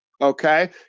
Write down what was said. okay